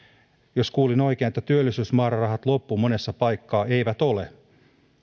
jos kuulin oikein että työllisyysmäärärahat ovat loppu monessa paikkaa eivät ole